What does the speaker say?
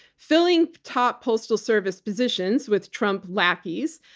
filling top postal service positions with trump lackeys.